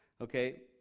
okay